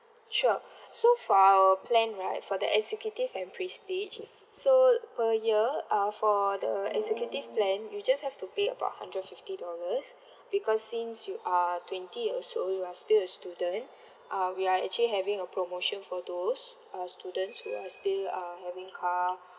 sure so for our plan right for the executive and prestige so per year uh for the executive plan you just have to pay about hundred fifty dollars because since you are twenty years old you are still a student uh we are actually having a promotion for those uh students who are still uh having car